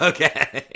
Okay